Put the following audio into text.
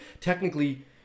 technically